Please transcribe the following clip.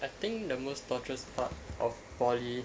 I think the most torturous part of poly